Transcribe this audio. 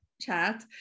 chat